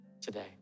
today